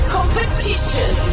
Competition